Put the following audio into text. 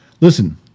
Listen